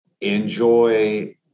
enjoy